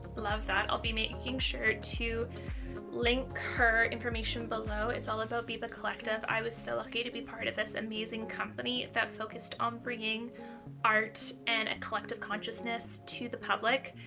love that. i'll be making sure to link her information below, it's all about beba collective. i was so lucky to be part of this amazing company that focused on bringing art and a collective consciousness to the public.